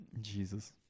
Jesus